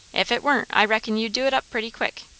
if it warn't, i reckon you'd do it up pretty quick.